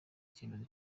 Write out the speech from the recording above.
icyemezo